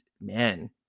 man